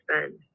spend